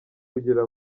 kugira